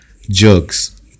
jerks